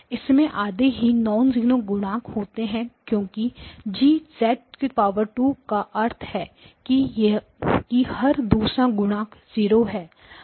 इसमें आधे ही नॉन्जीरो गुणांक होते हैं क्योंकि G का अर्थ है कि हर दूसरा गुणांक 0 है